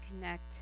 connect